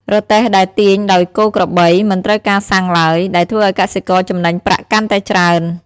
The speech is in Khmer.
រទេះដែលទាញដោយគោក្របីមិនត្រូវការសាំងឡើយ ដែលធ្វើឱ្យកសិករចំណេញប្រាក់កាន់តែច្រើន។